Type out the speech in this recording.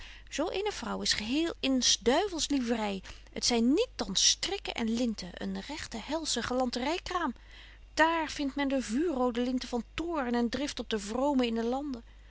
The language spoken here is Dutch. eene vrouw is geheel in s duivels livrey t zyn niet dan strikken en linten een rechte helsche galantery kraam daar vindt men de vuurroode linten van toorn en drift op de vromen in den lande